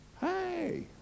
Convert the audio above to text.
Hey